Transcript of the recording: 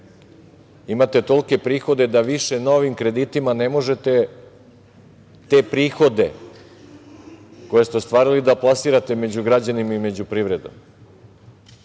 imate tolike prihode da više novim kreditima ne možete te prihode koje ste ostvarili da plasirate među građanima i među privredom,